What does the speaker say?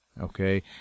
Okay